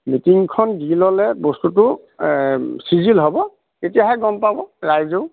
মিটিংখন দি ল'লে বস্তুটো চিজিল হ'ব তেতিয়াহে গম পাব ৰাইজেও